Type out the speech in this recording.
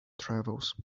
travels